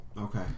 Okay